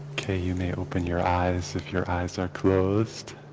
okay, you may open your eyes if your eyes are closed,